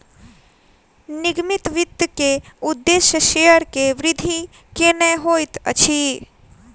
निगमित वित्त के उदेश्य शेयर के वृद्धि केनै होइत अछि